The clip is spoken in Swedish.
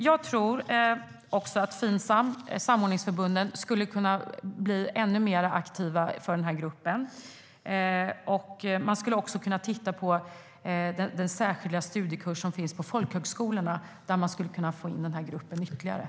Finsam och samordningsförbunden skulle kunna arbeta ännu mer aktivt för gruppen. Man skulle även kunna titta på den särskilda studiekurs som finns på folkhögskolorna för att få in fler från den gruppen.